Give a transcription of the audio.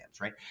right